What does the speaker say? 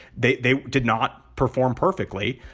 they they did not perform perfectly.